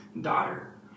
daughter